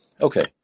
okay